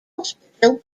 hospital